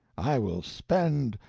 i will spend,